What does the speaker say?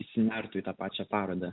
įsinertų į tą pačią parodą